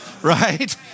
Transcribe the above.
Right